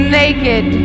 naked